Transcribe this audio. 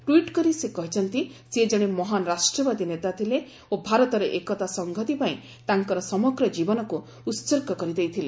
ଟ୍ୱିଟ୍କରି ସେ କହିଛନ୍ତି ସେ ଜଣେ ମହାନ୍ ରାଷ୍ଟ୍ରୀୟବାଦୀ ନେତା ଥିଲେ ଓ ଭାରତର ଏକତା ସଂହତି ପାଇଁ ତାଙ୍କର ସମଗ୍ର ଜୀବନକୁ ଉତ୍ସର୍ଗ କରିଦେଇଥିଲେ